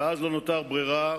ואז לא נותרה ברירה.